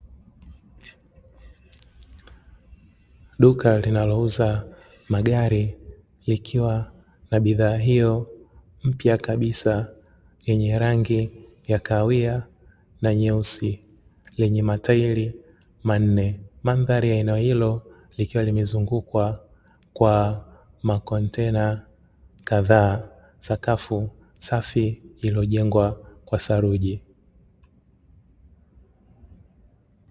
Duka linalouza magari, likiwa na bidhaa hiyo mpya kabisa yenye rangi ya kahawia na nyeusi, lenye matairi manne, mandhari ya eneo hilo likiwa limezungukwa kwa makontena kadhaa, sakafu safi iliyojengwa kwa theruji.